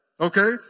okay